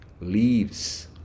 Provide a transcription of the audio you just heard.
leaves